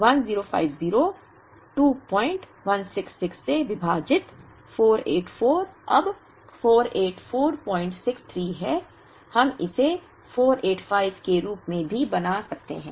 1050 1050 2166 से विभाजित 484 अब 48463 है हम इसे 485 के रूप में भी बना सकते हैं